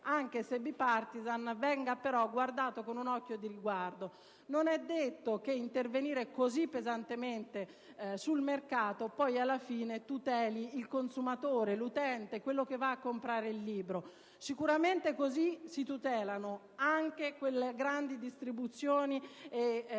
anche se *bipartisan*, venga guardato con un occhio di riguardo. Non è detto che intervenire così pesantemente sul mercato poi alla fine tuteli il consumatore, l'utente, colui che va a comprare il libro. Sicuramente così si tutelano anche le grandi distribuzioni e